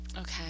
okay